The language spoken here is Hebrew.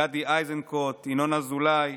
גדי איזנקוט, ינון אזולאי,